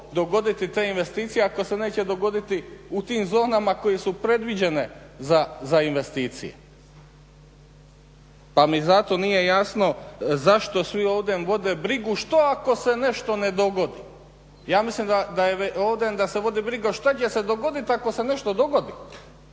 dogoditi te investicije ako se neće dogoditi u tim zonama koje su predviđene za investicije? Pa mi zato nije jasno zašto svi ovdje vode brigu što ako se nešto ne dogodi. Ja mislim da je ovdje da se vodi briga što će se dogodit ako se nešto dogodi.